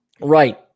Right